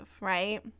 Right